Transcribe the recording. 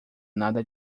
nada